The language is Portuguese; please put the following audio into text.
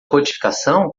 codificação